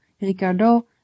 ricardo